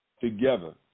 together